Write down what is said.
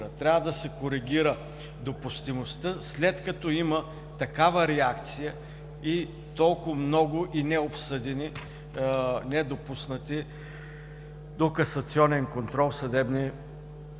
трябва да се коригира допустимостта след като има такава реакция и толкова много и необсъдени, недопуснати до касационен контрол съдебни актове.